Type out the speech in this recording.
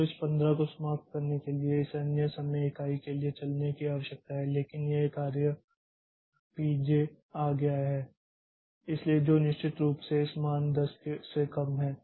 तो इस 15 को समाप्त करने के लिए इसे अन्य समय इकाई के लिए चलाने की आवश्यकता है लेकिन ये कार्य P j आ गया है इसलिए जो निश्चित रूप से इस मान 10 से कम है